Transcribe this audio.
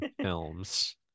films